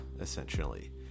essentially